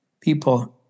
people